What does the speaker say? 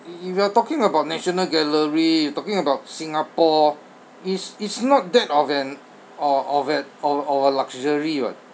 if you are talking about national gallery you're talking about singapore it's it's not that of an of of an of a luxury [what]